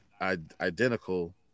identical